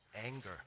anger